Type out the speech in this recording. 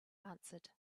answered